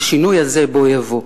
והשינוי הזה בוא יבוא.